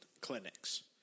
clinics